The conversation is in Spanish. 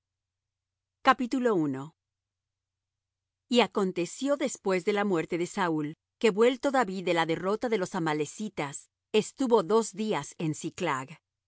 y acontecio después de la muerte de saúl que vuelto david de la derrota de los amalecitas estuvo dos días en siclag y